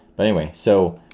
but anyway so,